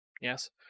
yes